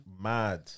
Mad